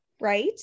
Right